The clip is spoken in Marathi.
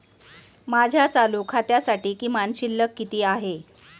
माझ्या चालू खात्यासाठी किमान शिल्लक किती आहे?